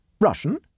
Russian